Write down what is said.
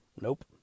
Nope